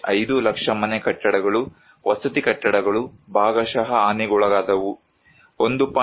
5 ಲಕ್ಷ ಮನೆ ಕಟ್ಟಡಗಳು ವಸತಿ ಕಟ್ಟಡಗಳು ಭಾಗಶಃ ಹಾನಿಗೊಳಗಾದವು 1